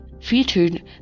featured